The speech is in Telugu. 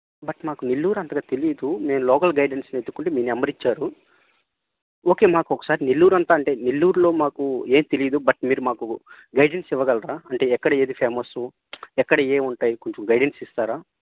బట్ మాకు నెల్లూరు అంతగా తెలీదు నేను లోకల్ గైడెన్స్ని వెత్తుక్కుంటే మీ నంబర్ ఇచ్చారు ఓకే మాకొకసారి నెల్లూరు అంతా అంటే నెల్లూరులో మాకు ఏమి తెలీదు బట్ మీరు మాకు గైడెన్స్ ఇవ్వగలరా అంటే ఎక్కడ ఏది ఫేమస్సు ఎక్కడ ఏమి ఉంటాయి కొంచెం గైడెన్స్ ఇస్తారా